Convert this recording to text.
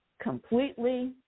completely